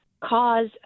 cause